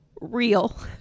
real